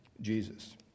Jesus